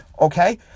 Okay